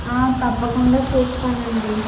తప్పకుండా చూస్తానండి